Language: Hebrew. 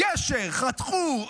גשר, חתכו.